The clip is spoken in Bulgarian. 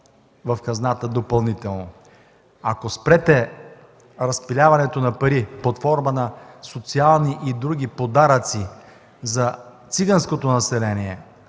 в хазната допълнително. Ако спрете разпиляването на пари под формата на социални и други подаръци за циганското население,